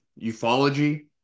ufology